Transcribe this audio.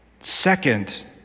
second